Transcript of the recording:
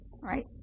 right